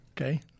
Okay